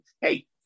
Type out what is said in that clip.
hey